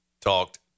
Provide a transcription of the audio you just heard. talked